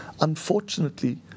Unfortunately